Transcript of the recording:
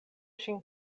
ŝin